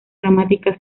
dramática